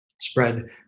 spread